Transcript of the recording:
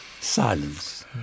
Silence